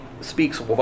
speaks